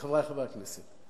חברי חברי הכנסת,